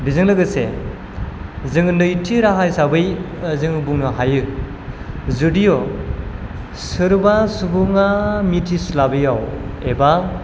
बिजों लोगोसे जोङो नैथि राहा हिसाबै जोङो बुंनो हायो जुदिय' सोरबा सुबुङा मिथिस्लाबैयाव एबा